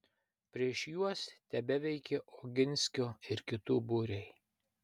prieš juos tebeveikė oginskio ir kitų būriai